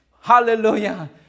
hallelujah